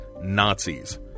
Nazis